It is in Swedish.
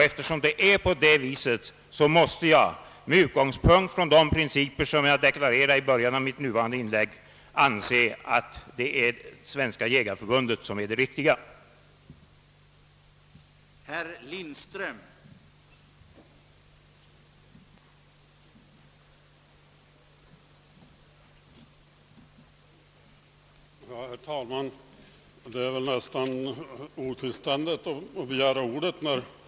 Eftersom det förhåller sig på det sättet måste jag med utgångspunkt från de principer som jag deklarerade i början av detta inlägg anse att det också i den fråga som nu avhandlas är Svenska jägareförbundet som skall ha det fortsatta ansvaret.